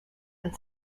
and